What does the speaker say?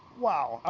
wow!